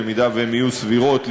במידה שהן יהיו סבירות,